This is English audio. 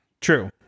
true